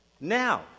Now